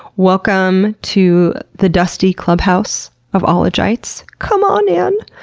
welcome to the dusty clubhouse of ologites. come on in!